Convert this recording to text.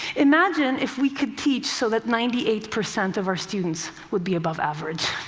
imagine if we could teach so that ninety eight percent of our students would be above average.